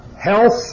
Health